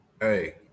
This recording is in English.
Hey